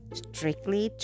strictly